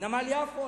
נמל יפו,